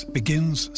begins